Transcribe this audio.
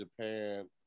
Japan